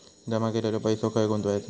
जमा केलेलो पैसो खय गुंतवायचो?